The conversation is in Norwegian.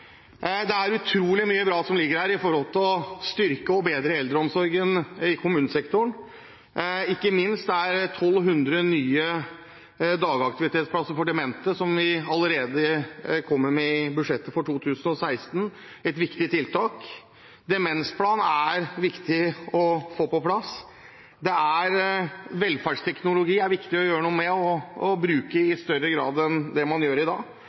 Det er utrolig mye bra som ligger her når det gjelder å styrke og bedre eldreomsorgen i kommunesektoren. Ikke minst er 1 200 nye dagaktivitetsplasser for demente som vi kommer med allerede i budsjettet for 2016, et viktig tiltak. Demensplan er viktig å få på plass. Velferdsteknologi er viktig å gjøre noe med og bruke i større grad enn det man gjør i dag,